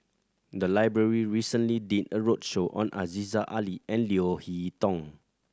the library recently did a roadshow on Aziza Ali and Leo Hee Tong